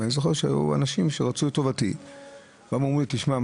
ואני זוכר שהיו אנשים שרצו טובתי ואמרו לי: תשמע,